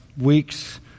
weeks